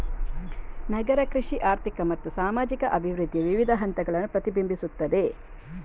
ನಗರ ಕೃಷಿ ಆರ್ಥಿಕ ಮತ್ತು ಸಾಮಾಜಿಕ ಅಭಿವೃದ್ಧಿಯ ವಿವಿಧ ಹಂತಗಳನ್ನು ಪ್ರತಿಬಿಂಬಿಸುತ್ತದೆ